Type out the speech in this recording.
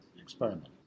experiment